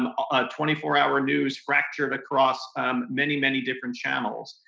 um a twenty four hour news fractured across um many many different channels.